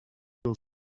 will